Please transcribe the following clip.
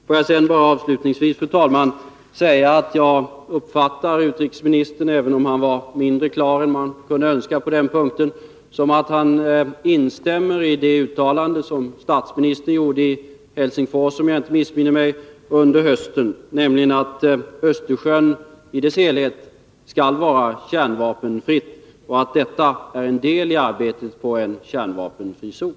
Får jag så avslutningsvis bara säga, fru talman, att jag uppfattar utrikesministern — även om han var mindre klar än man kunde önska på den punkten — så, att han instämmer i det uttalande som statsministern gjorde under hösten i Helsingfors, om jag inte missminner mig, nämligen att Östersjön i dess helhet skall vara kärnvapenfri och att detta är en deli arbetet på en kärnvapenfri zon.